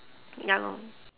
ya lor